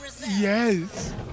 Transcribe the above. Yes